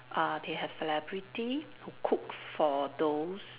uh they have celebrity who cook for those